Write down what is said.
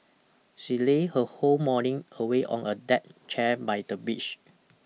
she lay her whole morning away on a deck chair by the beach